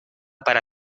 para